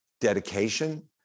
dedication